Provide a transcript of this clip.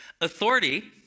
authority